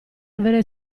avere